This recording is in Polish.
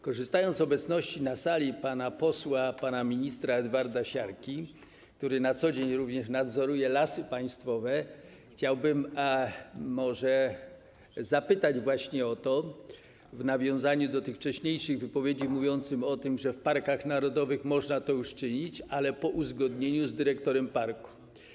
Korzystając z obecności na sali pana posła, pana ministra Edwarda Siarki, który na co dzień również nadzoruje Lasy Państwowe, chciałbym może zapytać, w nawiązaniu do wcześniejszych wypowiedzi mówiących o tym, że w parkach narodowych można to już czynić, ale po uzgodnieniu z dyrektorem parku.